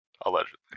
Allegedly